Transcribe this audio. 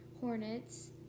hornets